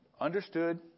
understood